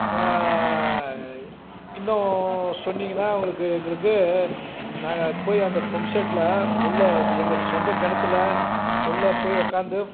இன்னும் சொன்னிங்கனா உங்களுக்கு எங்களுக்கு நாங்கள் போய் அந்த பம்பு செட்டில் உள்ள எங்களுக்கு சொந்த கிணத்துல உள்ள போயி உக்காந்து